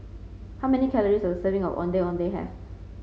how many calories does a serving of Ondeh Ondeh have